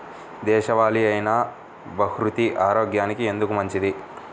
దేశవాలి అయినా బహ్రూతి ఆరోగ్యానికి ఎందుకు మంచిది?